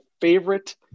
favorite